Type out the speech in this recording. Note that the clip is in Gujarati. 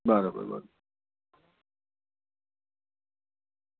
બરાબર બરાબર